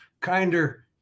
Kinder